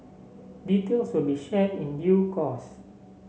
details will be shared in due course